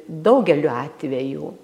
daugeliu atvejų